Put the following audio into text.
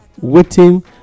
waiting